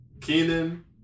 Keenan